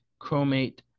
chromate